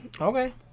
Okay